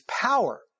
power